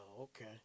Okay